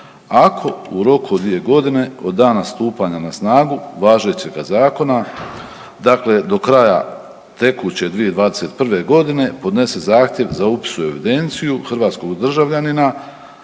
ako u roku od dvije godine od dana stupanja na snagu važećega zakona dakle do kraja tekuće 2021.g. podnese zahtjev za upis u evidenciju hrvatskog državljanina,